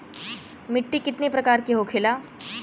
मिट्टी कितने प्रकार के होखेला?